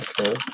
Okay